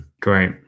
great